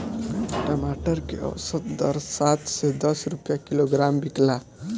टमाटर के औसत दर सात से दस रुपया किलोग्राम बिकला?